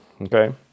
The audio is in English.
okay